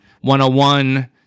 one-on-one